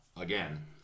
again